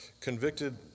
convicted